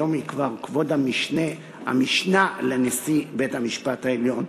היום היא כבר כבוד המשנה לנשיא בית-המשפט העליון.